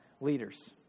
leaders